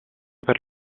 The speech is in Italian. per